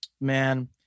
Man